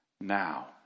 now